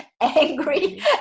angry